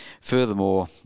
Furthermore